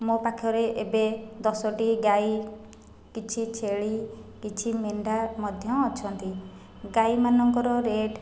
ମୋ' ପାଖରେ ଏବେ ଦଶଟି ଗାଈ କିଛି ଛେଳି କିଛି ମେଣ୍ଢା ମଧ୍ୟ ଅଛନ୍ତି ଗାଈମାନଙ୍କର ରେଟ୍